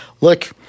look